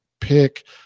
pick